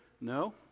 No